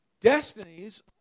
Destinies